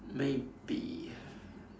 maybe